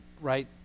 right